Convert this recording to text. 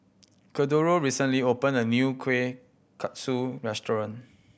Cordero recently opened a new Kueh Kaswi restaurant